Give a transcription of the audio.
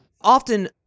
often